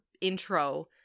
intro